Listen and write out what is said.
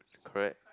correct